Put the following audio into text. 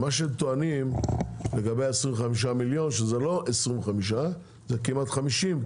הם טוענים שזה לא 25 מיליון אלא כמעט 50,